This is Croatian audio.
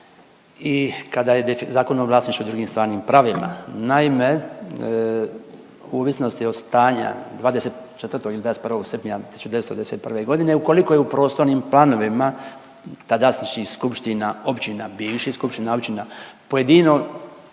i kada je Zakonom o vlasništvu i drugim stvarnim pravima. Naime, u ovisnosti od stanja 24. ili 21. srpnja 1991. godine, ukoliko je u prostornim planovima tadašnjih Skupština, općina, bivših skupština, općina pojedino